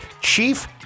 Chief